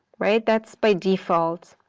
right? that's by default.